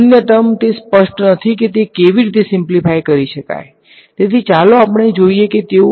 અન્ય ટર્મ તે સ્પષ્ટ નથી કે તે કેવી રીતે સીમ્પ્લીફાય કરી શકાય તેથી ચાલો આપણે જોઈએ કે તેઓ કેવી રીતે થશે